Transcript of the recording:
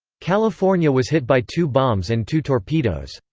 california was hit by two bombs and two torpedoes.